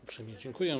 Uprzejmie dziękuję.